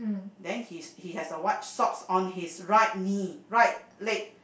then his he has a white socks on his right knee right leg